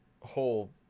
whole